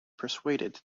persuaded